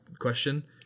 question